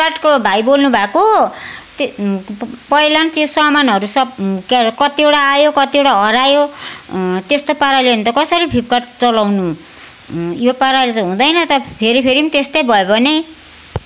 फ्लिपकार्टको भाइ बोल्नुभएको त्यो पहिला पनि त्यो सामानहरू सब कतिवटा आयो कतिवटा हरायो त्यस्तो पाराले हो भने त कसरी फ्लिपकार्ट चलाउनु यो पाराले त हुँदैन त फेरि फेरि पनि त्यस्तै भयो भने